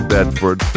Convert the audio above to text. Bedford